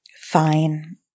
Fine